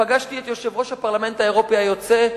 פגשתי את יושב-ראש הפרלמנט האירופי היוצא,